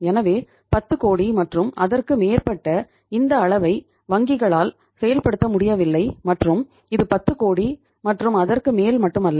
எனவே 10 கோடி மற்றும் அதற்கு மேற்பட்ட இந்த அளவை வங்கிகளால் செயல்படுத்த முடியவில்லை மற்றும் இது 10 கோடி மற்றும் அதற்கு மேல் மட்டுமல்ல